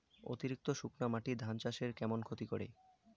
অতিরিক্ত শুকনা মাটি ধান চাষের কেমন ক্ষতি করে?